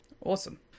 Awesome